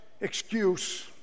excuse